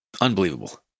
Unbelievable